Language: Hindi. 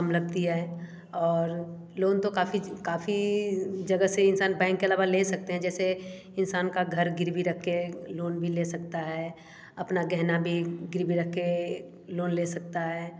कम लगती है और लोन तो काफ़ी काफ़ी जगह से इंसान बैंक के अलावा ले सकते हैं जैसे इंसान का घर गिरवी रख के लोन भी ले सकता है अपना गहना भी गिरवी रख के लोन ले सकता है